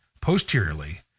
Posteriorly